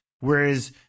whereas